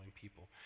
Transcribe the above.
people